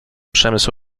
przemysł